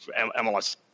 MLS